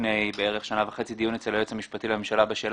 לפני שנה וחצי נערך דיון אצל היועץ המשפטי לממשלה בשאלה